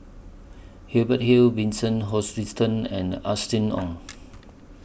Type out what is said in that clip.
Hubert Hill Vincent Hoisington and Austen Ong